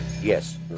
Yes